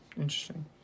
Interesting